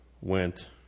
went